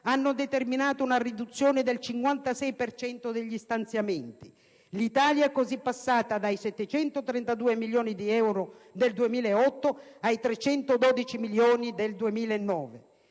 hanno determinato una riduzione del 56 per cento degli stanziamenti, e l'Italia è così passata dai 732 milioni di euro del 2008 ai 312 milioni del 2009.